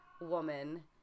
woman